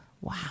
wow